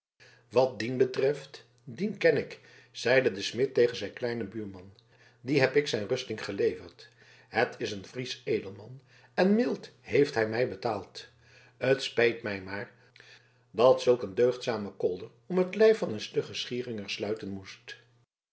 wat dien betreft dien ken ik zeide de smid tegen zijn kleinen buurman dien heb ik zijn rusting geleverd het is een friesch edelman en mild heeft hij mij betaald t speet mij maar dat zulk een deugdzame kolder om het lijf van een stuggen schieringer sluiten moest